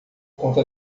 conta